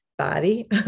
Body